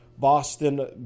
Boston